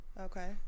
Okay